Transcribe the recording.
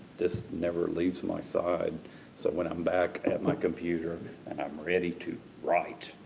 this never leaves my side so when i'm back at my computer and i'm ready to write,